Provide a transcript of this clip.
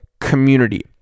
community